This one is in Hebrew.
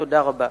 תודה רבה.